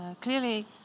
clearly